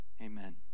Amen